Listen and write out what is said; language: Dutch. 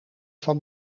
van